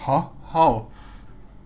!huh! how